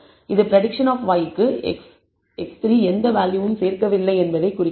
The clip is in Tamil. இது பிரடிக்சன் ஆப் y க்கு x3 எந்த வேல்யூவும் சேர்க்கவில்லை என்பதை இது குறிக்கிறது